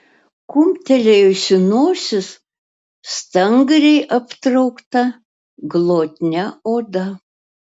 kumptelėjusi nosis stangriai aptraukta glotnia oda